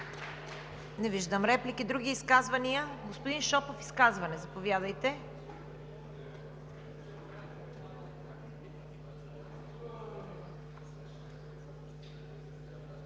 Не виждам. Други изказвания? Господин Шопов – изказване. Заповядайте.